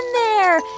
there.